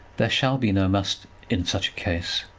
there shall be no must in such a case.